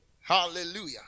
hallelujah